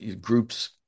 groups